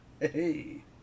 Hey